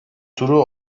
turu